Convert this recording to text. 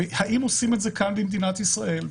והאם עושים את זה כאן במדינת ישראל?